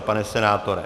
Pane senátore?